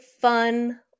fun